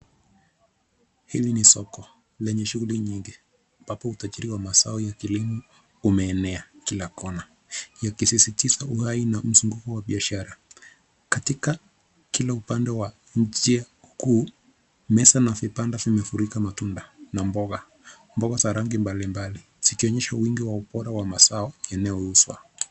Hili ni soko lenye shughuli nyingi ambapo utajiri wa mazao ya kilimo umeenea kila kona yakisisitiza uhai na mzunguko wa biashara. Katika kila upande wa njia kuu, meza na vibanda vimefurika matunda na mboga- mboga za rangi mbalimbali zikionyesha wingi wa ubora wa mazao yanayouzwa.